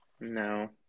No